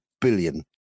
billion